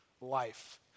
life